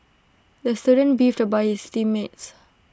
the student beefed about his team mates